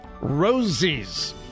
Rosie's